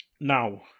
now